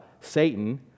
Satan